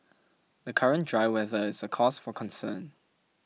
the current dry weather is a cause for concern